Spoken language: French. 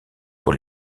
pour